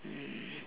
mm